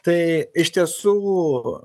tai iš tiesų